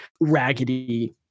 raggedy